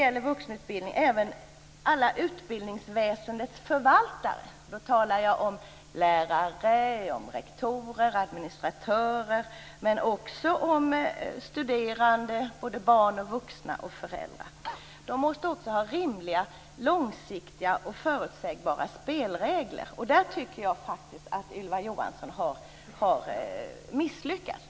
Även alla utbildningsväsendets förvaltare - och då talar jag om lärare, rektorer, administratörer och också studerande, både barn, vuxna och föräldrar - måste också ha rimliga, långsiktiga och förutsägbara spelregler. Där tycker jag faktiskt att Ylva Johansson har misslyckats.